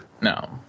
No